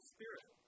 Spirit